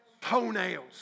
Toenails